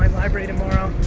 and library tomorrow,